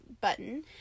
button